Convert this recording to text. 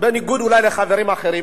בניגוד אולי לחברים אחרים,